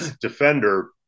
defender